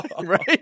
right